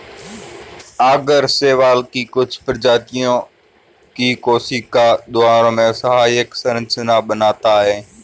आगर शैवाल की कुछ प्रजातियों की कोशिका दीवारों में सहायक संरचना बनाता है